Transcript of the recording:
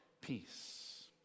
peace